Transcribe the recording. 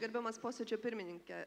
gerbiamas posėdžio pirmininke